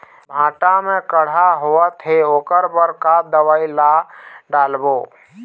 भांटा मे कड़हा होअत हे ओकर बर का दवई ला डालबो?